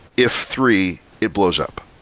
if three, it blows up.